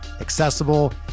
accessible